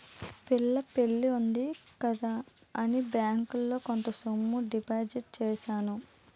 పిల్ల పెళ్లి ఉంది కదా అని బ్యాంకులో కొంత సొమ్ము డిపాజిట్ చేశాను